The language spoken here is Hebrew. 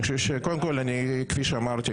כפי שאמרתי,